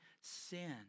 sin